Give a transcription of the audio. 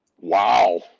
Wow